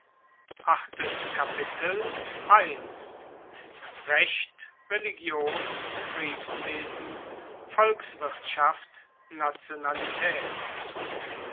recht religion kriegswesen volkswirtschaft nationalitaet